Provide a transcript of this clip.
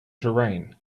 terrain